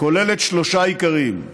כוללת שלושה עיקרים.